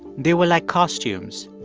they were like costumes,